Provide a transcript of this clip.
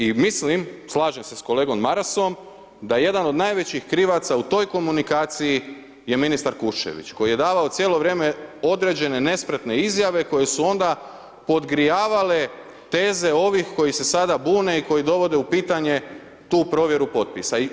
I mislim, slažem se sa kolegom Marasom da je jedan od najvećih krivaca u toj komunikaciji je ministar Kuščević koji je davao cijelo vrijeme određene nespretne izjave koje su onda podgrijavale teze ovih koji se sada bune i koji dovode u pitanje tu provjeru potpisa.